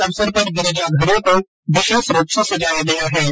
इस अवसर पर गिरिजाघरों को विशेष रूप से सजाया गया है